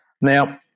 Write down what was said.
Now